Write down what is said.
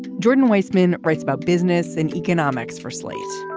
jordan weisman writes about business and economics for slate's